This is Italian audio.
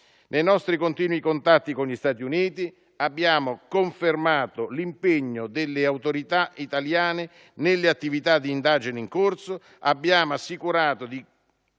Nei nostri continui contatti con gli Stati Uniti abbiamo confermato l'impegno delle autorità italiane nelle attività di indagini in corso. Abbiamo assicurato la